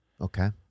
Okay